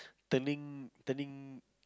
turning turning